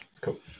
Cool